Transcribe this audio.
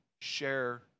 share